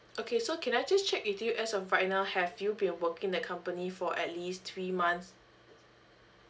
okay so can I just check with you as of right now have you been working the company for at least three months